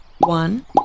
One